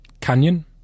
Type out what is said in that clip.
Canyon